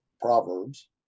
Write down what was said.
Proverbs